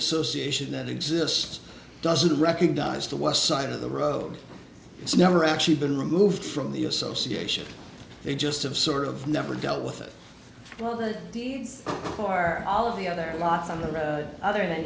association that exists doesn't recognize the west side of the road it's never actually been removed from the association they just have sort of never dealt with it well the core all of the other lots on the